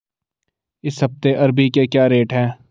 इस हफ्ते अरबी के क्या रेट हैं?